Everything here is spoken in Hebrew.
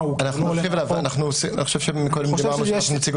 שלא ברור מהו --- אני חושב שקודם דיברנו שנציג אותו